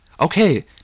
Okay